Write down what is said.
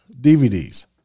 DVDs